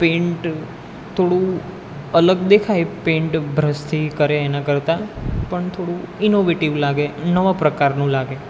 pant થોડું અલગ દેખાય પેન્ટ બ્રશથી કરે એના કરતાં પણ થોડું ઇનોવેટિવ લાગે નવા પ્રકારનું લાગે